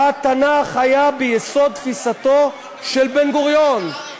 התנ"ך היה ביסוד תפיסתו של בן-גוריון.